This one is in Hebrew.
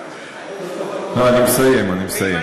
אני מסיים, אני מסיים.